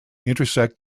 intersect